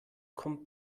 kommt